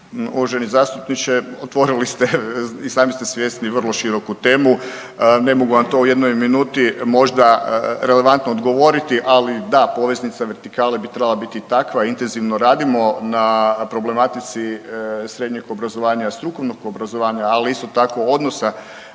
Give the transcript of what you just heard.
Uvaženi zastupniče, otvorili ste i sami ste svjesni vrlo široku temu, ne mogu vam to u jednoj minuti možda relevantno odgovoriti, ali da poveznica vertikale bi trebala biti takva. Intenzivno radimo na problematici srednjeg obrazovanja strukovnog obrazovanja, ali isto tako odnosa